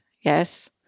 yes